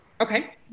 Okay